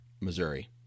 missouri